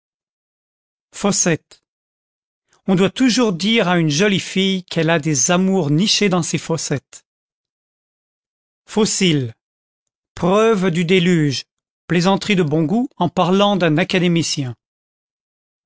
fossettes on doit toujours dire à une jolie fille qu'elle a des amours nichés dans ses fossettes fossiles preuve du déluge plaisanterie de bon goût en parlant d'un académicien